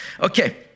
Okay